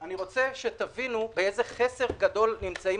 אני רוצה שתבינו באיזה חסר גדול נמצאים